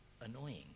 annoying